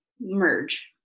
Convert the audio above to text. merge